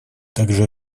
также